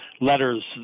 letters